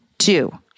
two